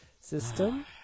system